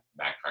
backtrack